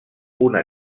una